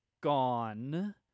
gone